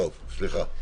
סליחה.